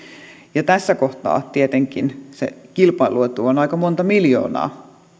ja tässä kohtaa tietenkin se kilpailuetu on on aika monta miljoonaa